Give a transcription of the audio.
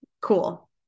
Cool